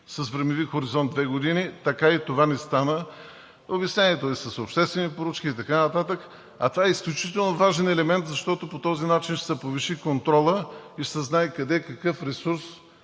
с времеви хоризонт от две години. Това така и не стана, а обяснението е с обществени поръчки и така нататък, а това е изключително важен елемент, защото по този начин ще се повиши контролът и ще се знае къде какъв ресурс